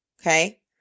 Okay